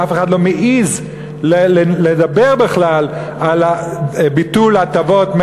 ואף אחד לא מעז לדבר בכלל על ביטול ההטבות,